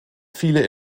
viele